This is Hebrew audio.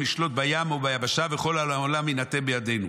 נשלוט בים וביבשה וכל העולם יינתן בידנו.